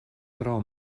tro